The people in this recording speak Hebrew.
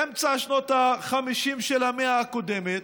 באמצע שנות ה-50 של המאה הקודמת,